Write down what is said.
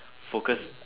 focus